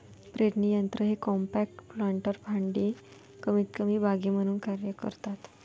पेरणी यंत्र हे कॉम्पॅक्ट प्लांटर भांडी कमीतकमी बागे म्हणून कार्य करतात